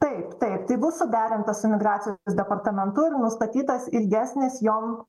taip taip tai bus suderinta su migracijos departamentu ir nustatytas ilgesnis jom